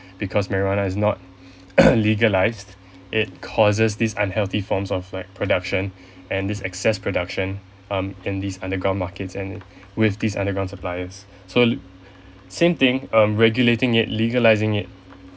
because marijuana is not legalised it causes this unhealthy forms of like production and this excess production um in these underground market and with this underground suppliers so same thing um regulating it legalising it